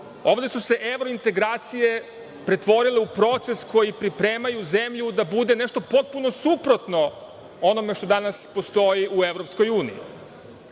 ovde su se evrointegracije pretvorile u proces koji pripremaju zemlju da bude nešto potpuno suprotno onome što danas postoji u